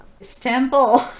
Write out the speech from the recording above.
Istanbul